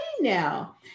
now